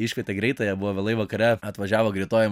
iškvietė greitąją buvo vėlai vakare atvažiavo greitoji